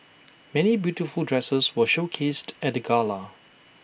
many beautiful dresses were showcased at the gala